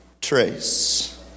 Trace